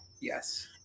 Yes